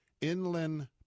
Inland